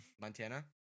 montana